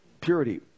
purity